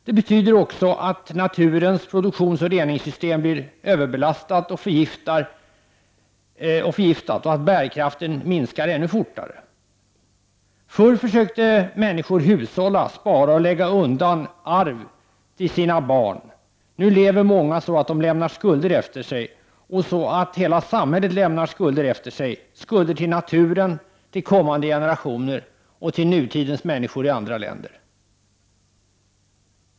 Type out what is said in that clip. Det betyder också att naturens produktionsoch reningssystem blir överbelastat och förgiftat och att bärkraften minskar ännu snabbare. Förr försökte människor hushålla, spara och lägga undan arv till sina barn. Nu lever många så att de lämnar skulder efter sig och så att hela samhället lämnar skulder efter sig, skulder till naturen och till kommande generationer och till nutidens människor i andra länder.